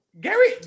Gary